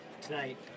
Tonight